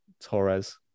Torres